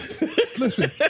listen